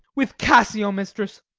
with cassio, mistress.